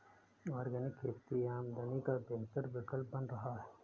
organic खेती आमदनी का बेहतर विकल्प बन रहा है